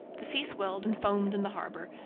the sea swelled and foamed in the harbour,